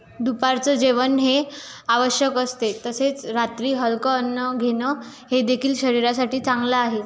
दुपारचं जेवण हे आवश्यक असते तसेच रात्री हलकं अन्न घेणं हे देखील शरीरासाठी चांगलं आहे